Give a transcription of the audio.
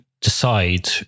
decide